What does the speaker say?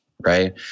right